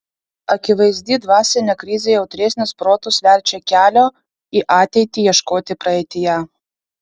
akivaizdi dvasinė krizė jautresnius protus verčia kelio į ateitį ieškoti praeityje